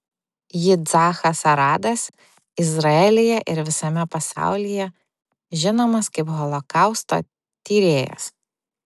yitzhakas aradas izraelyje ir visame pasaulyje žinomas kaip holokausto tyrėjas